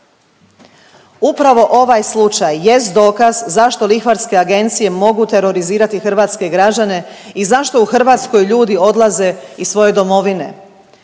Upravo ovaj slučaj jest dokaz zašto lihvarske agencije mogu terorizirati hrvatske građane i zašto u Hrvatskoj ljudi odlaze iz svoje domovine